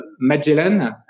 Magellan